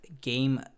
game